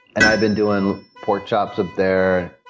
and i've been doing pork chops up there,